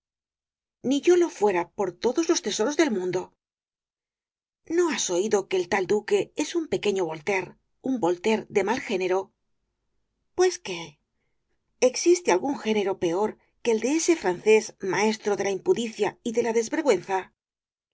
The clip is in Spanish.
ni yo lo fuera por todos los tesoros del mundo no has oído que el tal duque es un pequeño voltaire un voltaire de mal género pues qué existe algún género peor que el de ese francés maestro de la impudicia y de la desvergüenza